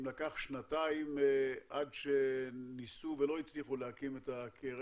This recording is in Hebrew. אם לקח שנתיים עד שניסו ולא הצליחו להקים את הקרן,